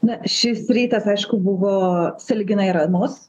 na šis rytas aišku buvo sąlyginai ramus